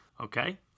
Okay